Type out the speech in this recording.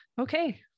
okay